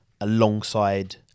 alongside